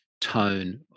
tone